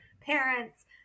parents